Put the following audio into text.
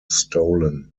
stolen